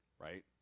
right